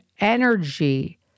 energy